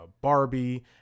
Barbie